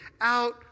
out